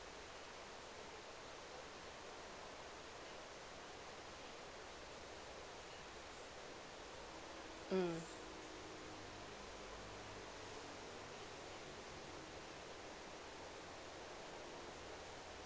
mm